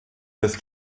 des